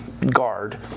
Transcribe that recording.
Guard